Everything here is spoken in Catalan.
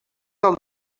del